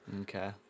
Okay